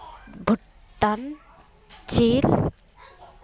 ᱵᱷᱩᱴᱟᱱ ᱪᱤᱱ